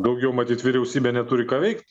daugiau matyt vyriausybė neturi ką veikt